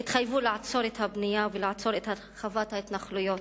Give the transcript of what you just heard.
התחייבו לעצור את הבנייה ולעצור את הרחבת ההתנחלויות.